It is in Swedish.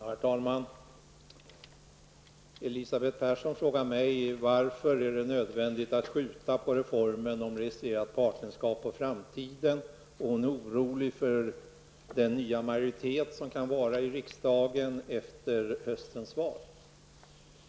Herr talman! Elisabeth Persson frågade mig varför det är nödvändigt att skjuta på reformen om registrerat partnerskap på framtiden. Hon är orolig för den nya majoritet som kan vara verklighet i riksdagen efter höstens val.